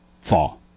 fall